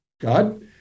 God